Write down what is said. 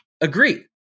agree